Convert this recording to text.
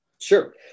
Sure